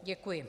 Děkuji.